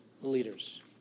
leaders